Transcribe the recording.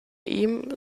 ihm